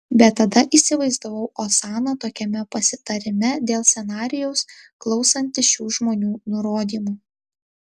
bet tada įsivaizdavau osaną tokiame pasitarime dėl scenarijaus klausantį šių žmonių nurodymų